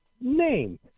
name